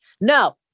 No